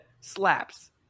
slaps